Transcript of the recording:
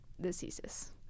diseases